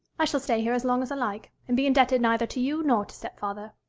i shall stay here as long as i like, and be indebted neither to you nor to stepfather